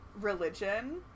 religion